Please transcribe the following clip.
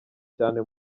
cyane